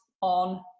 on